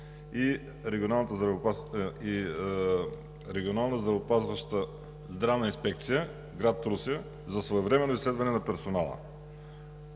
и Регионалната здравна инспекция – град Русе, за своевременно изследване на персонала.